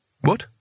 What